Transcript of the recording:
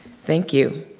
thank you